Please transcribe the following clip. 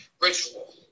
ritual